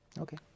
Okay